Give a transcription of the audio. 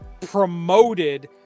promoted